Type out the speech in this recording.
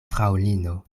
fraŭlino